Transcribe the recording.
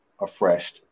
afreshed